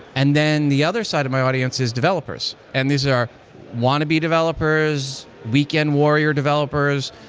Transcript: and then the other side of my audience is developers, and these are want to be developers, weekend warrior developers.